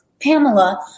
Pamela